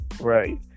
right